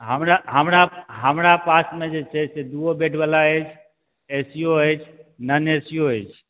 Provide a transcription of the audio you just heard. हमरा हमरा हमरा पासमे जे छै से दुओ बेडबला अछि एसीओ अछि नॉन एसी ओ अछि